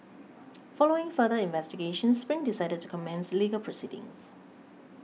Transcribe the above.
following further investigations Spring decided to commence legal proceedings